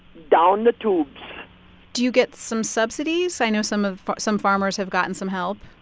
down the tubes do you get some subsidies? i know some of some farmers have gotten some help